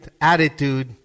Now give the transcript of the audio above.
attitude